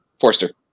Forster